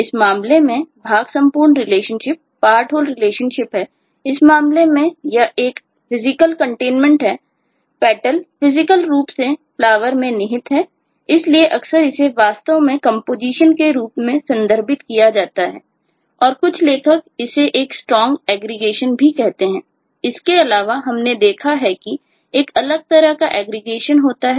इस मामले में भाग संपूर्ण रिलेशनशिप के रूप में संदर्भित किया जा सकता है